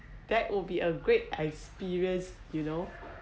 that would be a great experience you know